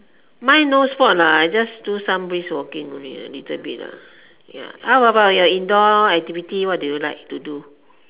mine no sport lah I just do some brisk walking a little bit ya what about your indoor activity what do you like to do